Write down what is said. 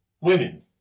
women